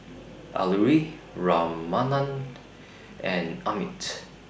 Alluri Ramanand and Amit